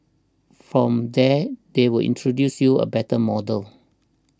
from there they will introduce you a better model